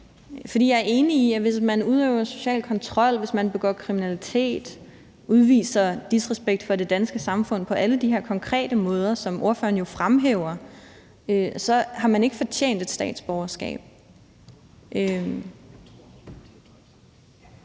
Jeg er enig i, at hvis man udøver social kontrol, hvis man begår kriminalitet, udviser disrespekt for det danske samfund på alle de her konkrete måder, som ordføreren fremhæver, har man ikke fortjent et statsborgerskab.